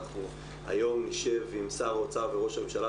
אנחנו היום נשב עם שר האוצר וראש הממשלה,